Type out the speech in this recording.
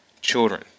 Children